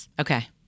okay